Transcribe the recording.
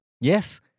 Yes